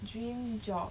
dream job